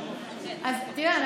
תראה,